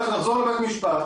נחזור לבית משפט,